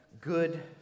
good